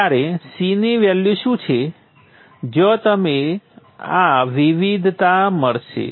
ત્યારે C નું value શું છે જ્યાં તમને આ વિવિધતા મળશે